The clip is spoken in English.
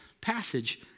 passage